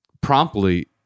promptly